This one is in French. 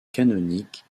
canonique